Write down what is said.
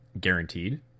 Guaranteed